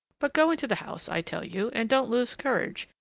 but go into the house, i tell you, and don't lose courage.